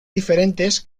diferentes